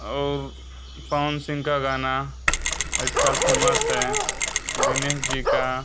और पवन सिंघ का गाना आज कल फेमस है दिनेश जी का